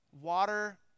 Water